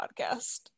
podcast